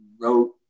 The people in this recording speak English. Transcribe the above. wrote